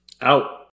Out